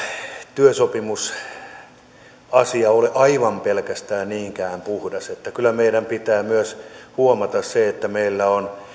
työsopimusasia ole aivan pelkästään niinkään puhdas kyllä meidän pitää myös huomata se että meillä on